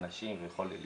אחד שהיה לצאת לחו"ל דחוף,